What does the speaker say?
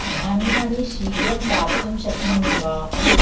धान्यानि शीघ्रं प्राप्तुं शक्नोमि वा